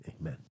amen